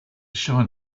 shine